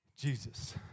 Jesus